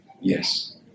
yes